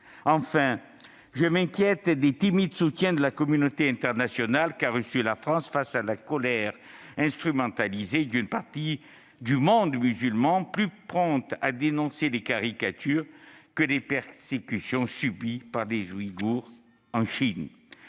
Enfin, je m'inquiète des timides soutiens de la communauté internationale que la France a reçus face à la colère instrumentalisée d'une partie du monde musulman, plus prompte à dénoncer des caricatures que les persécutions subies par les Ouïghours en Chine.